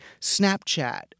Snapchat